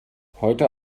heute